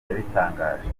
yabitangaje